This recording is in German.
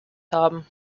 haben